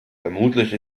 vermutlich